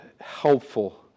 helpful